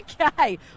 okay